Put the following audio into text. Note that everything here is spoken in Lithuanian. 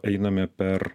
einame per